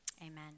Amen